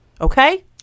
Okay